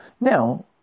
Now